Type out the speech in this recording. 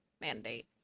mandate